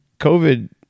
COVID